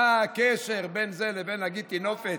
מה הקשר בין זה לבין להגיד "טינופת"?